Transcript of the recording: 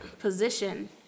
position